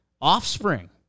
offspring